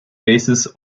basis